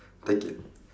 take it